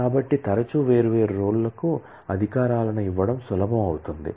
కాబట్టి తరచూ వేర్వేరు రోల్ లకు అధికారాలను ఇవ్వడం సులభం అవుతుంది